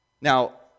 Now